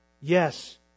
Yes